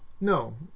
no